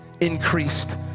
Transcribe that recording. increased